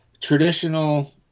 traditional